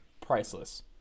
priceless